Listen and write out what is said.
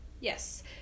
Yes